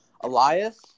Elias